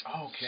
Okay